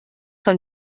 von